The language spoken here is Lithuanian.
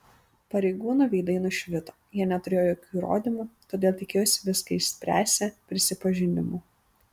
pareigūnų veidai nušvito jie neturėjo jokių įrodymų todėl tikėjosi viską išspręsią prisipažinimu